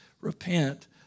repent